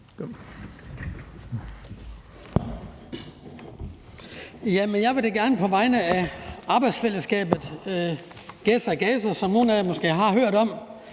Jeg vil da gerne på vegne af arbejdsfællesskabet Gæs og Gaser, som nogle af jer måske har hørt om,